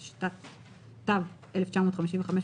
התשט"ו-1955,